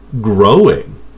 growing